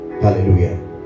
hallelujah